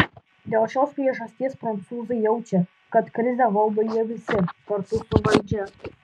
dėl šios priežasties prancūzai jaučia kad krizę valdo jie visi kartu su valdžia